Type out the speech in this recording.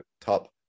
top